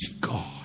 God